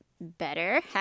better